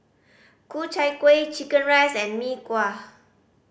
Ku Chai Kueh chicken rice and Mee Kuah